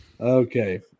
Okay